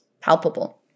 palpable